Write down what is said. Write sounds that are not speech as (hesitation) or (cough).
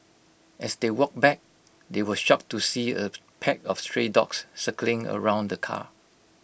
as they walked back they were shocked to see (hesitation) A pack of stray dogs circling around the car